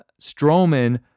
Strowman